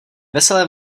veselé